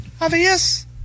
Obvious